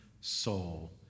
soul